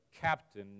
captain